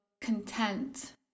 content